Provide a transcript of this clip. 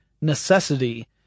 necessity